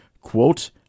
Quote